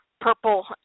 Purple